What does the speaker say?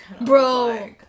Bro